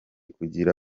kugira